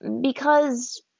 Because